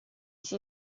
sie